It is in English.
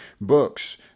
books